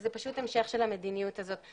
וזה פשוט המשך של המדיניות הזאת.